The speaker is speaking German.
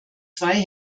zwei